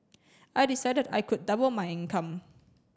I decided I could double my income